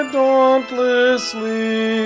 dauntlessly